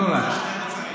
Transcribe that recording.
לא רק.